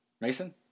Mason